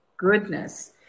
goodness